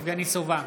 יבגני סובה,